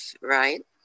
right